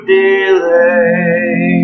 delay